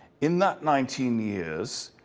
in that nineteen years,